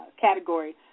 category